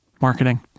marketing